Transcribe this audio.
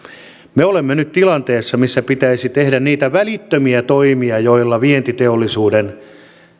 me olemme nyt tilanteessa jossa pitäisi tehdä niitä välittömiä toimia joilla vientiteollisuuden